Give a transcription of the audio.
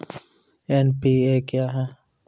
NPA क्या हैं?